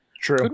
True